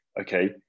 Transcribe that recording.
okay